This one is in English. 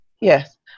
Yes